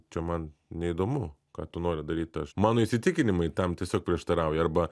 čia man neįdomu ką tu nori daryt aš mano įsitikinimai tam tiesiog prieštarauja arba